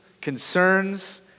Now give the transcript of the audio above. concerns